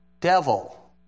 devil